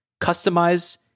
customize